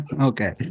Okay